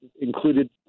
included